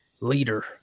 leader